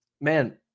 man